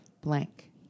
blank